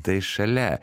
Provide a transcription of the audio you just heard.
tai šalia